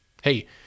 Hey